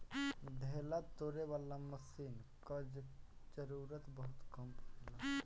ढेला तोड़े वाला मशीन कअ जरूरत बहुत कम पड़ेला